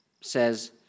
says